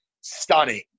stunning